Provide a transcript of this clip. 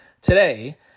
today